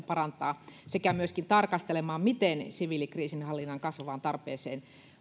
parantaa sekä myöskin tarkastelemaan miten siviilikriisinhallinnan kasvavaan tarpeeseen